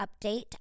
update